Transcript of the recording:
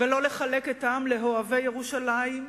ולא לחלק את העם לאוהבי ירושלים,